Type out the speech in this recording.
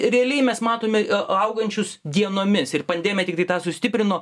realiai mes matome augančius dienomis ir pandemija tiktai tą sustiprino